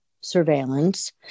surveillance